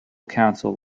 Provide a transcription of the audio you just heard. council